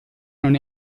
non